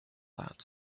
that